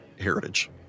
heritage